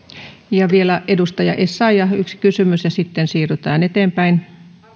vielä edustaja essayah yksi kysymys ja sitten siirrytään eteenpäin